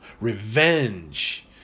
revenge